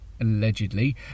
Allegedly